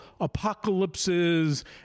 apocalypses